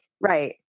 Right